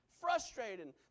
frustrated